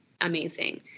amazing